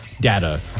data